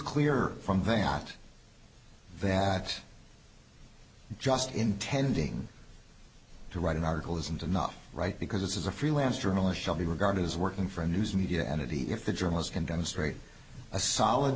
clear from thing not that just intending to write an article isn't enough right because this is a freelance journalist shall be regarded as working for a news media entity if the journalist can demonstrate a solid